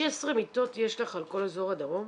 יש לך 16 מיטות על כל אזור הדרום?